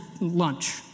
lunch